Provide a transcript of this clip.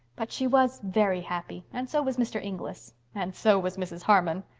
but she was very happy, and so was mr. inglis and so was mrs. harmon.